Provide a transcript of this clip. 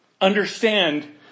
understand